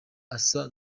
asa